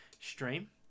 stream